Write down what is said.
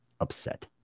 Upset